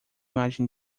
imagem